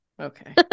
okay